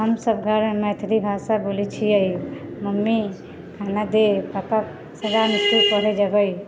हमसब घरमे मैथिली भाषा बोलै छियै मम्मी खाना दे पापा जेबै